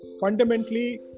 fundamentally